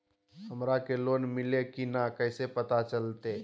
हमरा के लोन मिल्ले की न कैसे पता चलते?